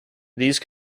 these